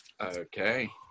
Okay